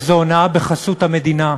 וזו הונאה בחסות המדינה.